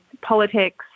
politics